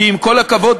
כי עם כל הכבוד,